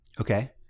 Okay